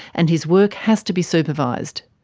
and his work has to be supervised.